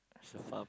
so far